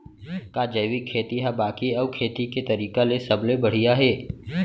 का जैविक खेती हा बाकी अऊ खेती के तरीका ले सबले बढ़िया हे?